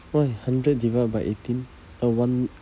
why hundred divide by eighteen uh one